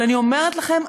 אבל אני אומרת לכם,